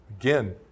Again